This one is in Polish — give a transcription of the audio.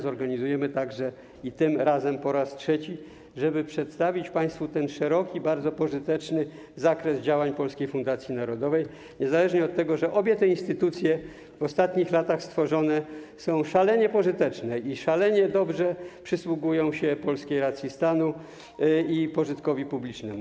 Zorganizujemy je także tym razem, po raz trzeci, żeby przedstawić państwu szeroki, bardzo pożyteczny zakres działań Polskiej Fundacji Narodowej, niezależnie od tego, że obie te instytucje, stworzone w ostatnich latach, są szalenie pożyteczne i szalenie dobrze przysługują się polskiej racji stanu i pożytkowi publicznemu.